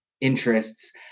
interests